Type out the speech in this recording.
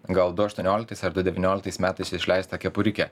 gal du aštuonioliktais devynioliktais metais išleistą kepurikė